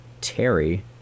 Terry